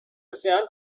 ezean